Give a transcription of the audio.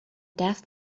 death